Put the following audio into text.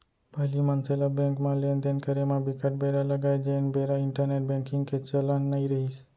पहिली मनसे ल बेंक म लेन देन करे म बिकट बेरा लगय जेन बेरा इंटरनेंट बेंकिग के चलन नइ रिहिस